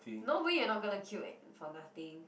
no way you're not gonna queue for nothing